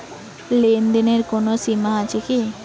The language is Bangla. লেনদেনের কোনো সীমা আছে কি?